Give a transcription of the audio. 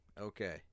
Okay